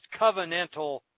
covenantal